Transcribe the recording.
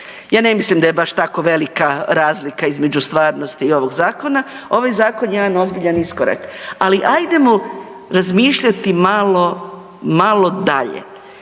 Ja ne mislim da je baš tako velika razlika između stvarnosti i ovog zakona. Ovaj zakon je jedan ozbiljan iskorak, ali ajdemo razmišljati malo, malo dalje.